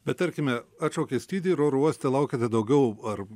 bet tarkime atšaukė skrydį ir oro uoste laukiate daugiau ar